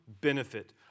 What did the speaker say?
benefit